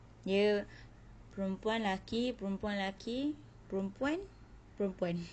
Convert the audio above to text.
dia perempuan laki perempuan laki perempuan perempuan